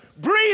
Breathe